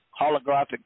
holographic